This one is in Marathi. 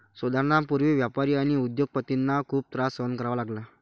सुधारणांपूर्वी व्यापारी आणि उद्योग पतींना खूप त्रास सहन करावा लागला